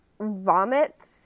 vomit